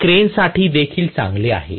हे क्रेनसाठी देखील चांगले आहे